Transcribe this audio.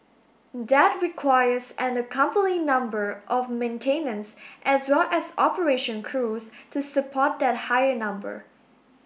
that requires an accompanying number of maintenance as well as operation crews to support that higher number